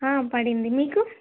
పడింది మీకు